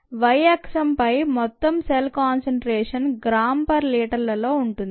y అక్షంపై మొత్తం cell concentration gram per లీటర్లలో ఉంటుంది